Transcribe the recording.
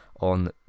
on